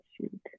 shoot